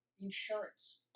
insurance